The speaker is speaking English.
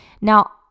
Now